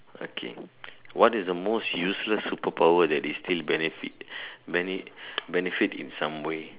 okay what is the most useless superpower that is still benefit bene~ benefit in some way